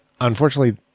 unfortunately